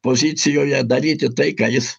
pozicijoje daryti tai ką jis